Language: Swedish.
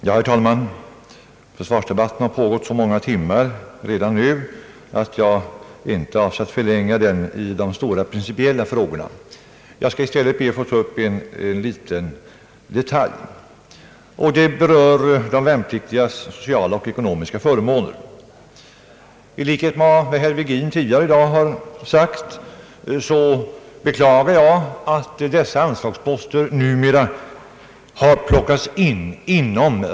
Herr talman! Försvarsdebatten har redan pågått så många timmar att jag inte avser att förlänga den beträffande de stora, principiella frågorna. Jag skall i stället ta upp en liten detalj som gäller de värnpliktigas sociala och ekonomiska förmåner. I likhet med herr Virgin beklagar jag att dessa anslagsposter numera har förts inom ramen.